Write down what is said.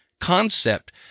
concept